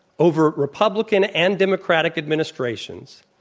over republican and democratic administrations,